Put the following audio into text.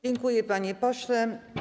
Dziękuję, panie pośle.